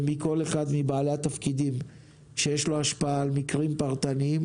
מכל אחד מבעלי התפקידים שיש לו השפעה על מקרים פרטניים